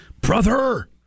brother